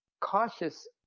cautious